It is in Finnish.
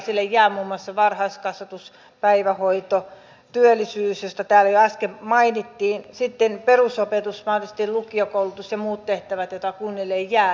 muun muassa varhaiskasvatus päivähoito työllisyys josta täällä jo äsken mainittiin sitten perusopetus mahdollisesti lukiokoulutus ja muut tehtävät joita kunnille jää